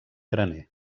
graner